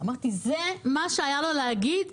זה מה שהיה לו להגיד?